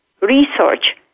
research